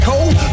cold